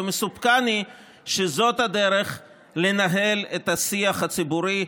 ומסופקני שזאת הדרך לנהל את השיח הציבורי,